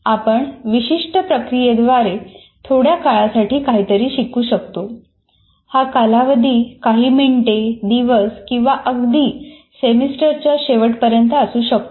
आपण विशिष्ट प्रक्रियेद्वारे थोड्या काळासाठी काहीतरी शिकू शकतो